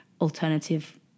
alternative